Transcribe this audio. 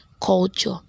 culture